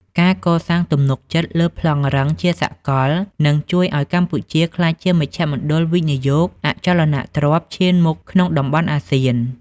ការកសាងទំនុកចិត្តលើ "ប្លង់រឹង" ជាសកល នឹងជួយឱ្យកម្ពុជាក្លាយជាមជ្ឈមណ្ឌលវិនិយោគអចលនទ្រព្យឈានមុខក្នុងតំបន់អាស៊ាន។